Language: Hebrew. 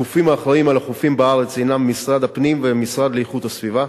הגופים האחראים לחופים בארץ הם משרד הפנים והמשרד לאיכות הסביבה.